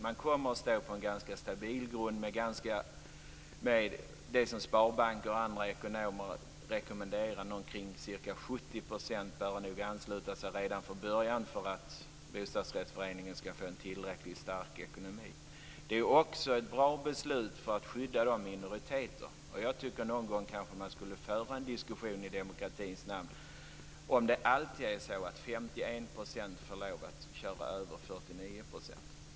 De kommer att stå på en ganska stabil grund med det som sparbanker och andra ekonomer rekommenderar, att ca 70 % bör ansluta sig från början för att bostadsrättsföreningen skall få en tillräckligt stark ekonomi. Det är också ett bra beslut för att skydda minoriteter. Jag tycker att man någon gång skulle föra en diskussion i demokratins namn, om det alltid är så att 51 % får köra över 49 %.